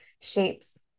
shapes